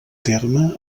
terme